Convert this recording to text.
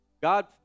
god